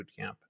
bootcamp